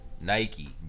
nike